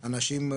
שאנשים,